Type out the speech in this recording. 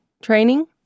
Training